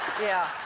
yeah.